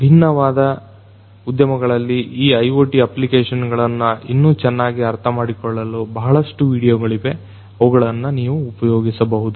ಭಿನ್ನವಾದ ಉದ್ಯಮಗಳಲ್ಲಿ ಈ IoT ಅಪ್ಲಿಕೆಷನ್ಗಳನ್ನ ಇನ್ನೂ ಚೆನ್ನಾಗಿ ಅರ್ಥಮಾಡಿಕೊಳ್ಳಲು ಬಹಳಷ್ಟು ವಿಡಿಯೋಗಳಿವೆ ಅವುಗಳನ್ನ ನೀವು ಉಪಯೋಗಿಸಬಹುದು